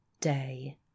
day